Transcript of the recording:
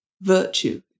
virtue